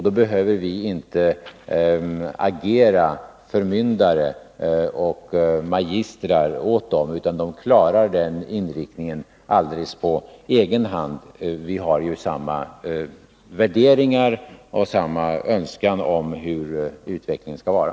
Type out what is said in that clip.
Då behöver inte vi agera förmyndare och magistrar åt dem, utan de klarar den inriktningen alldeles på egen hand. Vi har ju samma värderingar och samma önskan om hur utvecklingen skall vara.